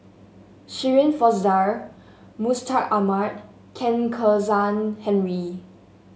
Shirin Fozdar Mustaq Ahmad Chen Kezhan Henri